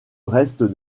reste